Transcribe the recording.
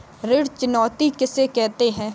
ऋण चुकौती किसे कहते हैं?